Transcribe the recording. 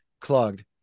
clogged